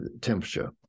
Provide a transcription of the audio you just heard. temperature